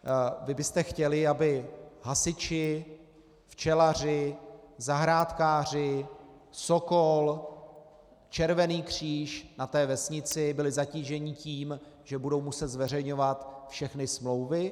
Vy byste chtěli, aby hasiči, včelaři, zahrádkáři, Sokol, Červený kříž na té vesnici byli zatíženi tím, že budou muset zveřejňovat všechny smlouvy?